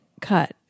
cut